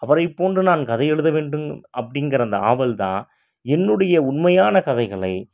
அவரை போன்று நான் கதை எழுத வேண்டும் அப்படிங்கிற அந்த ஆவல் தான் என்னுடைய உண்மையான கதைகளை